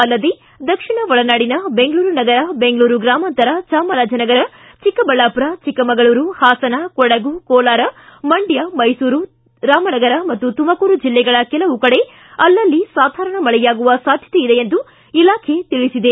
ಅಲ್ಲದೆ ದಕ್ಷಿಣ ಒಳನಾಡಿನ ಬೆಂಗಳೂರು ನಗರ ಬೆಂಗಳೂರು ಗ್ರಾಮಾಂತರ ಚಾಮರಾಜನಗರ ಚಿಕ್ಕಬಳ್ಳಾಪುರ ಚಿಕ್ಕಮಗಳೂರು ಹಾಸನ ಕೊಡಗು ಕೋಲಾರ ಮಂಡ್ಯ ಮೈಸೂರು ರಾಮನಗರ ಮತ್ತು ತುಮಕೂರು ಜಿಲ್ಲೆಗಳ ಕೆಲವು ಕಡೆ ಅಲ್ಲಲ್ಲಿ ಸಾಧಾರಣ ಮಳೆಯಾಗುವ ಸಾಧ್ಯತೆಯದೆ ಎಂದು ಇಲಾಖೆ ತಿಳಿಸಿದೆ